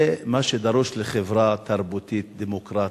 זה מה שדרוש לחברה תרבותית, דמוקרטית,